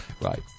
right